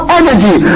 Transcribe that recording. energy